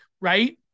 right